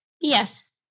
yes